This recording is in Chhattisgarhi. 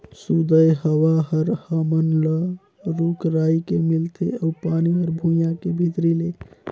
सुदय हवा हर हमन ल रूख राई के मिलथे अउ पानी हर भुइयां के भीतरी ले